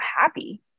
happy